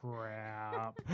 crap